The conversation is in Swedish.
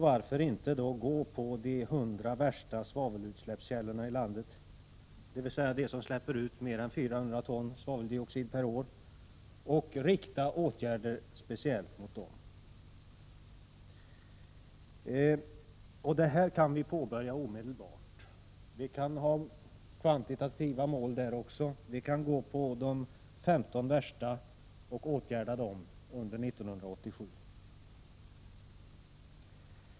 Varför inte gå på de 100 värsta svavelutsläppskällorna i landet, dvs. de som släpper ut mer än 400 ton svaveldioxid per år, och rikta åtgärder speciellt mot dem? Detta kan påbörjas omedelbart. Vi kan också ställa upp kvantitativa mål, så att de 15 värsta skall åtgärdas under 1987.